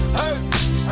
hurts